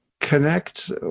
connect